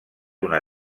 una